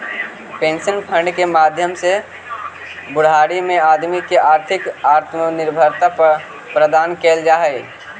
pension fund के माध्यम से बुढ़ारी में आदमी के आर्थिक आत्मनिर्भरता प्रदान कैल जा हई